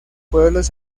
pueblos